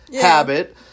habit